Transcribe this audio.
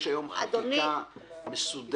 יש היום חקיקה מסודרת.